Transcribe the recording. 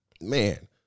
Man